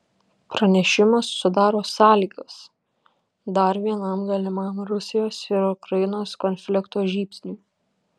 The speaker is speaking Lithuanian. pranešimas sudaro sąlygas dar vienam galimam rusijos ir ukrainos konflikto žybsniui